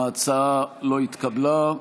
ההצעה לא נתקבלה.